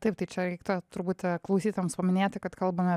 taip tai čia reiktų truputį klausytojams paminėti kad kalbame